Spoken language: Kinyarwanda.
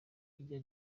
yahya